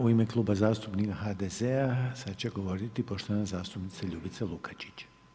U ime Kluba zastupnika HDZ-a sad će govoriti poštovana zastupnica Ljubica Lukačić.